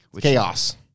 Chaos